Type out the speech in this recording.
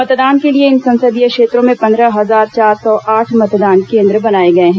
मतदान के लिए इन संसदीय क्षेत्रों में पंद्रह हजार चार सौ आठ मतदान केन्द्र बनाए गए हैं